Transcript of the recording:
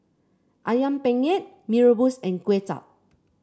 ayam penyet Mee Rebus and Kway Chap